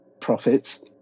profits